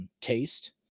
taste